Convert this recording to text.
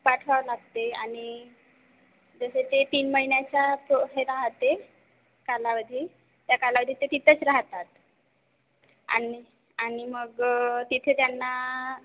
पाठवावं लागते आणि जसे ते तीन महिन्याच्या तो हे राहाते कालावधी त्या कालावधी ते तिथंच राहतात आणि आणि मग तिथे त्यांना